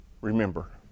Remember